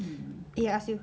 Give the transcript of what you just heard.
eh ask you